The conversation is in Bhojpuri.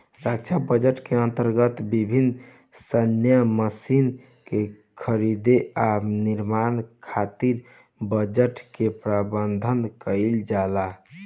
रक्षा बजट के अंतर्गत विभिन्न सैन्य मशीन के खरीद आ निर्माण खातिर बजट के प्रावधान काईल जाला